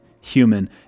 human